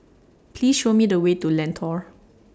Please Show Me The Way to Lentor